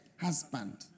husband